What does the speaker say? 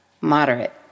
moderate